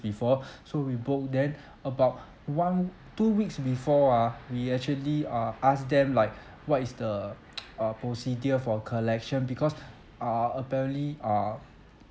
before so we book then about one two weeks before ah we actually uh ask them like what is the uh procedure for collection because uh apparently uh